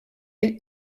ell